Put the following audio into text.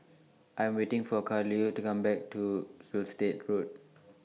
I Am waiting For Carolee to Come Back from Gilstead Road